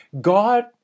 God